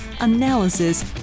analysis